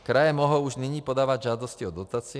Kraje mohou už nyní podávat žádosti o dotaci;